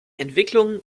entwicklung